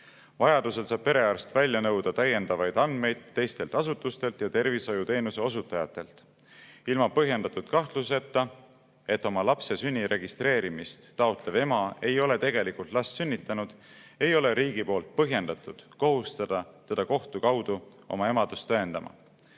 Vajadusel saab perearst välja nõuda täiendavaid andmeid teistelt asutustelt ja tervishoiuteenuse osutajatelt. Ilma põhjendatud kahtluseta, et oma lapse sünni registreerimist taotlev ema ei ole tegelikult last sünnitanud, ei ole riigi poolt põhjendatud kohustada teda kohtu kaudu oma emadust tõendama.